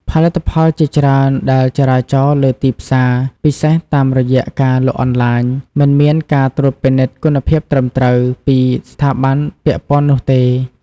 ផលិតផលជាច្រើនដែលចរាចរណ៍លើទីផ្សារ ពិសេសតាមរយៈការលក់អនឡាញ មិនមានការត្រួតពិនិត្យគុណភាពត្រឹមត្រូវពីស្ថាប័នពាក់ព័ន្ធនោះទេ។